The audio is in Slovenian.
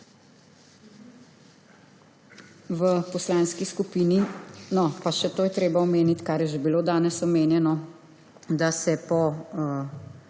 volitvah. No, pa še to je treba omeniti, kar je že bilo danes omenjeno, da se po